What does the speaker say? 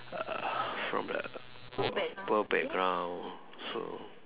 uh from the poor poor background so